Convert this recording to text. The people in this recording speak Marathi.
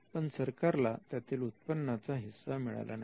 पण सरकारला त्यातील उत्पन्नाचा हिस्सा मिळाला नाही